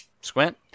Squint